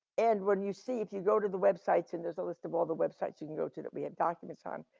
and when you see if you go to the websites and there's a list of all the websites you can go to that we have documents on.